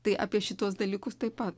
tai apie šituos dalykus taip pat